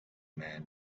man